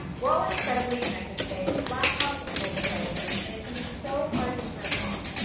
we're all incredibly connected today with laptops and mobile devices, and it can be so hard to turn off.